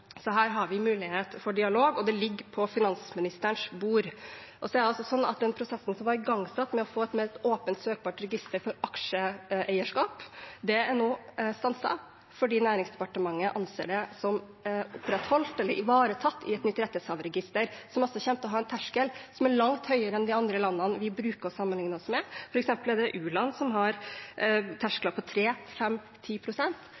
har vi mulighet til dialog, og det ligger på finansministerens bord. Men prosessen som var igangsatt med å få et mer åpent, søkbart register for aksjeeierskap, er stanset fordi Næringsdepartementet anser det som ivaretatt i et nytt rettighetshaverregister, som kommer til å ha en terskel som er langt høyere enn den er i land vi bruker å sammenlikne oss med. For eksempel er det u-land som har